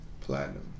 platinum